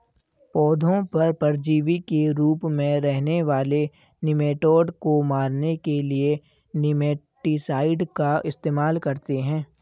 पौधों पर परजीवी के रूप में रहने वाले निमैटोड को मारने के लिए निमैटीसाइड का इस्तेमाल करते हैं